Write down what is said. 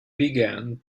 began